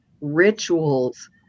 rituals